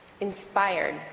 inspired